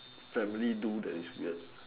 family do that is weird